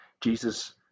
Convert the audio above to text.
Jesus